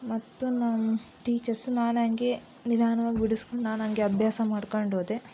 ಮತ್ತು ನನ್ನ ಟೀಚರ್ಸು ನಾನಂಗೆ ನಿಧಾನವಾಗಿ ಬಿಡಿಸಿಕೊಂಡು ನಾನಂಗೆ ಅಭ್ಯಾಸ ಮಾಡಿಕೊಂಡು ಹೋದೆ